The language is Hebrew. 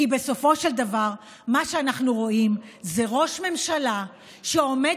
כי בסופו של דבר מה שאנחנו רואים זה ראש ממשלה שעומד